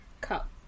cup